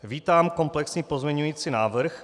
Vítám komplexní pozměňující návrh.